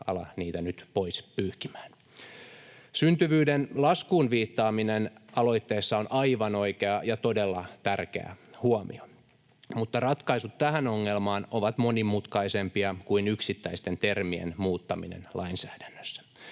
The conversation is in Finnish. ala niitä nyt pois pyyhkimään. Syntyvyyden laskuun viittaaminen aloitteessa on aivan oikea ja todella tärkeä huomio, mutta ratkaisut tähän ongelmaan ovat monimutkaisempia kuin yksittäisten termien muuttaminen lainsäädännössä.